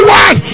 one